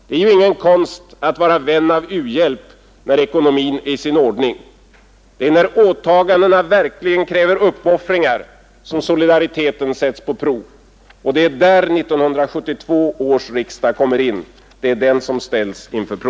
Det är ju ingen konst att vara vän av u-hjälp när ekonomin är i sin ordning; det är när åtagandena verkligen kräver uppoffringar som solidariteten sätts på prov. Och det är detta som 1972 års riksdag kommer att ställas inför.